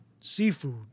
seafood